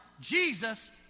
Jesus